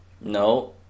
No